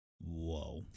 Whoa